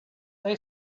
they